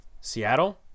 Seattle